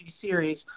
series